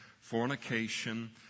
fornication